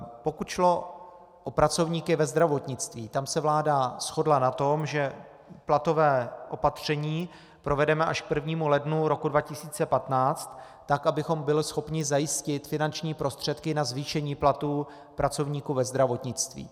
Pokud šlo o pracovníky ve zdravotnictví, tam se vláda shodla na tom, že platové opatření provedeme až k 1. lednu roku 2015, abychom byli schopni zajistit finanční prostředky na zvýšení platů pracovníků ve zdravotnictví.